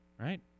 Right